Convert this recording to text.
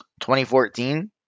2014